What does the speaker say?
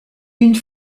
une